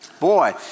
Boy